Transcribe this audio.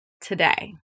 today